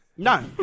No